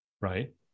Right